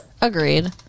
Agreed